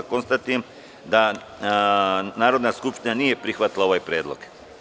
Konstatujem da Narodna skupština nije prihvatila ovaj predlog.